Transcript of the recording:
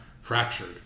Fractured